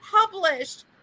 published